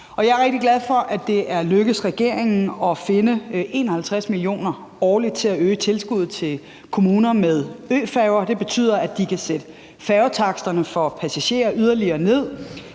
Jeg er rigtig glad for, at det er lykkedes regeringen at finde 51 mio. kr. årligt til at øge tilskuddet til kommuner med øfærger. Det betyder, at de kan sætte færgetaksterne for passagerer yderligere ned.